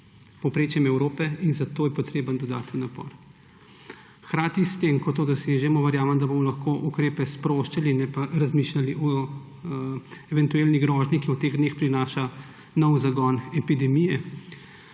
povprečjem Evrope in zato je potreben dodaten napor. Hkrati s tem, ko to dosežemo, verjamem, da bomo lahko ukrepe sproščali, ne pa razmišljali o eventualni grožnji, ki jo v teh dneh prinaša nov zagon epidemije.